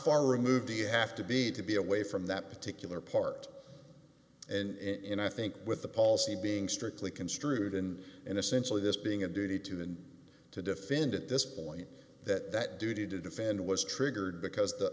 far removed do you have to be to be away from that particular part and i think with the policy being strictly construed in an essentially this being a duty to and to defend at this point that that duty to defend was triggered because the